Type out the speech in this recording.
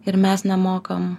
ir mes nemokam